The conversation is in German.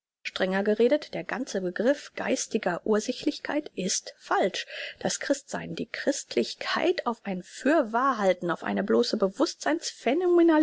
strenger geredet der ganze begriff geistiger ursächlichkeit ist falsch das christ sein die christlichkeit auf ein für wahr halten auf eine bloße